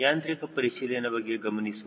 ಯಾಂತ್ರಿಕ ಪರಿಶೀಲನೆ ಬಗ್ಗೆ ಗಮನಿಸೋಣ